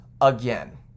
again